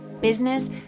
business